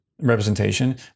representation